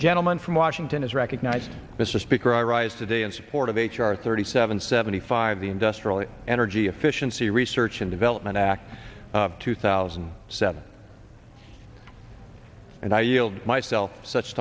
gentleman from washington is recognized mr speaker i rise today in support of h r thirty seven seventy five the industrial energy efficiency research and development act of two thousand and seven and i yield myself such